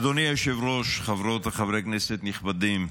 אדוני היושב-ראש, חברות וחברי כנסת נכבדים,